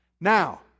Now